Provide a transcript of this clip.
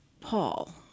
Paul